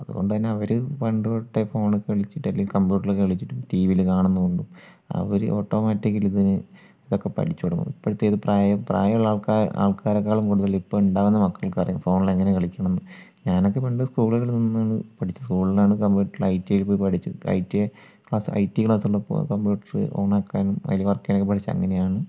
അതുകൊണ്ട് തന്നെ അവർ പണ്ടുതൊട്ടേ ഫോണിൽ കളിച്ചിട്ട് അല്ലെങ്കിൽ കമ്പ്യൂട്ടറിൽ കളിച്ചിട്ട് ടി വിയിൽ കാണുന്നതുകൊണ്ടും അവർ ഓട്ടോമാറ്റിക്കിലി ഇതിന് ഇതൊക്കെ പഠിച്ച് തുടങ്ങുന്നു ഇപ്പോഴത്തത് പ്രായം പ്രായമുള്ള ആൾക്കാരെക്കാളും കൂടുതൽ ഇപ്പോൾ ഉണ്ടാക്കുന്ന മക്കൾക്ക് അറിയാം ഫോണിൽ എങ്ങനെ കളിക്കണം എന്ന് ഞാനൊക്കെ പണ്ട് സ്കൂളിൽ നിന്ന് പഠിച്ചത് സ്കൂളിലാണ് കമ്പ്യൂട്ടറിൽ ഐ ടി പഠിച്ചത് ഇപ്പോൾ I T class I T class ഉള്ളപ്പോൾ ഇപ്പം കമ്പ്യൂട്ടർ ഓൺ ആക്കാനും അതിൽ വർക്ക് ചെയ്യാനും പഠിച്ച അങ്ങനെ ആണ്